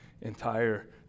entire